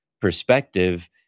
perspective